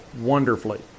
wonderfully